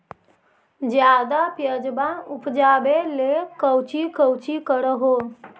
ज्यादा प्यजबा उपजाबे ले कौची कौची कर हो?